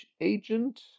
agent